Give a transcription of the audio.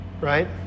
right